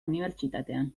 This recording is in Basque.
unibertsitatean